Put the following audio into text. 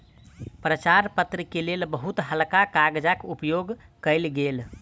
प्रचार पत्र के लेल बहुत हल्का कागजक उपयोग कयल गेल